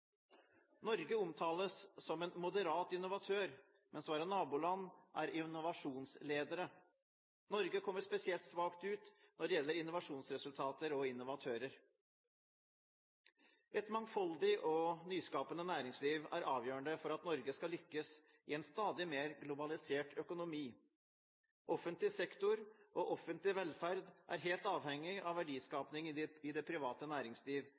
Norge omtales som en moderat innovatør, mens våre naboland er innovasjonsledere. Norge kommer spesielt svakt ut når det gjelder innovasjonsresultater og innovatører. Et mangfoldig og nyskapende næringsliv er avgjørende for at Norge skal lykkes i en stadig mer globalisert økonomi. Offentlig sektor og offentlig velferd er helt avhengig av verdiskapingen i det private næringsliv,